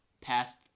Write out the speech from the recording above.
past